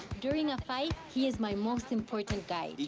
during a fight, he is my most important guy.